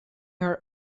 her